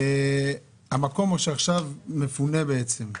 המקום שעכשיו מפונה בעצם,